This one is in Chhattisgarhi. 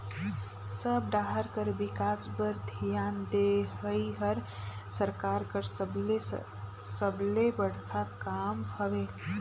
सब डाहर कर बिकास बर धियान देहई हर सरकार कर सबले सबले बड़खा काम हवे